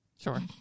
Sure